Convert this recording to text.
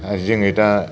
आरो जोङो दा